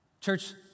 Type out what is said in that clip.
Church